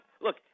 Look